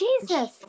Jesus